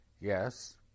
Yes